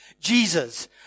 Jesus